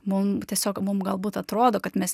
mum tiesiog mum galbūt atrodo kad mes